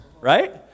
right